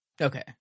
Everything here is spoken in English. Okay